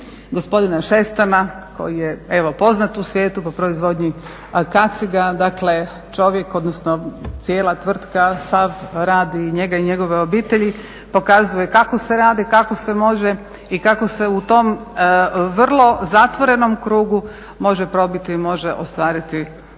gospodina Šestana koji je evo poznat u svijetu po proizvodnji kaciga. Dakle, čovjek odnosno cijela tvrtka sav rad njega i njegove obitelji pokazuje kako se radi, kako se može i kako se u tom vrlo zatvorenom krugu može probiti, može ostvariti odličan